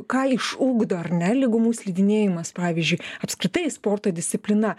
ką išugdo ar ne lygumų slidinėjimas pavyzdžiui apskritai sporto disciplina